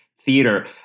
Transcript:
Theater